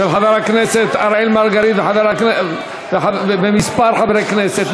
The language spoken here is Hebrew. של חבר הכנסת אראל מרגלית וקבוצת חברי הכנסת,